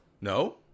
No